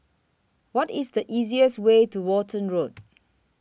What IS The easiest Way to Walton Road